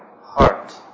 heart